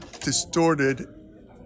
distorted